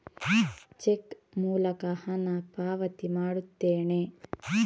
check ಮೂಲಕ ಹಣ ಪಾವತಿ ಮಾಡುತ್ತೇನೆ